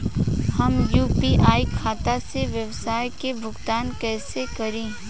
हम यू.पी.आई खाता से व्यावसाय के भुगतान कइसे करि?